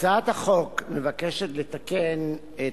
הצעת החוק מבקשת לתקן את